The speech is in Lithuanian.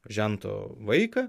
žento vaiką